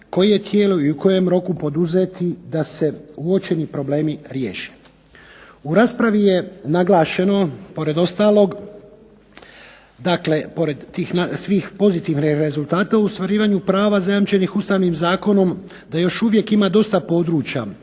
koje tijelo i u kojem roku poduzeti da se uočeni problemi riješe. U raspravi je naglašeno pored ostalog, dakle pored tih svih pozitivnih rezultata u ostvarivanju prava zajamčenih ustavnim zakonom da još uvijek ima dosta područja